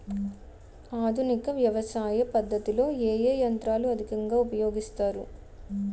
ఆధునిక వ్యవసయ పద్ధతిలో ఏ ఏ యంత్రాలు అధికంగా ఉపయోగిస్తారు?